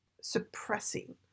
suppressing